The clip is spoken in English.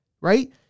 right